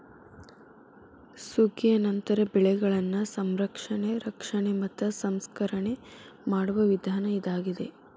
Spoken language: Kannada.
ಸುಗ್ಗಿಯ ನಂತರ ಬೆಳೆಗಳನ್ನಾ ಸಂರಕ್ಷಣೆ, ರಕ್ಷಣೆ ಮತ್ತ ಸಂಸ್ಕರಣೆ ಮಾಡುವ ವಿಧಾನ ಇದಾಗಿದೆ